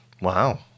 Wow